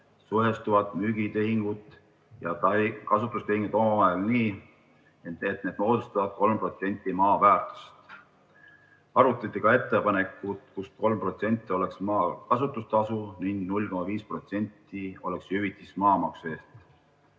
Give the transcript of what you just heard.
suhestuvad müügitehingud ja kasutustehingud omavahel nii, et need moodustavad 3% maa väärtusest. Arutati ka ettepanekut, kus 3% oleks maa kasutustasu ning 0,5% oleks hüvitis maamaksu eest.